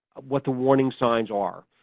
what the warning signs are.